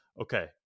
Okay